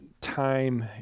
time